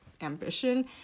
ambition